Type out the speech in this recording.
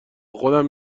خودم